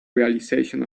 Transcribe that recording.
realization